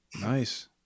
Nice